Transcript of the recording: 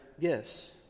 gifts